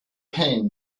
pain